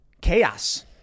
chaos